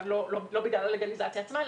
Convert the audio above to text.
לא בגלל הלגליזציה עצמה,